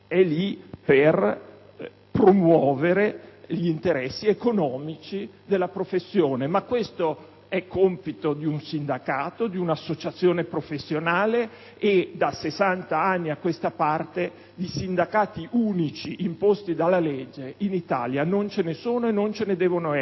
è lì per promuovere gli interessi economici della professione. Ma questo è compito di un sindacato o di un'associazione professionale; e da 60 anni a questa parte di sindacati unici imposti dalla legge in Italia non dovrebbero più essercene.